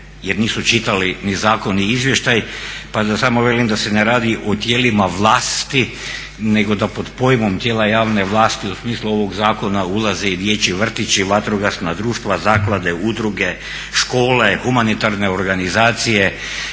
jer nisu čitali ni zakon ni izvještaj pa da samo velim da se ne radi o tijelima vlasti nego da pod pojmom tijela javne vlasti u smislu ovog zakona ulaze i dječji vrtići, vatrogasna društva, zaklade, udruge, škole, humanitarne organizacije